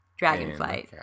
Dragonflight